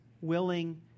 willing